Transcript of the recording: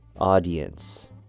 audience